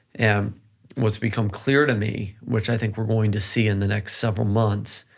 and what's become clear to me, which i think we're going to see in the next several months,